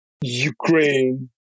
Ukraine